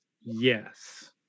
yes